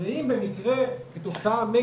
כי לרשויות כדאי שהוא יעלה את השומה,